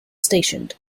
stationed